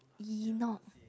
Innok